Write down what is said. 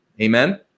Amen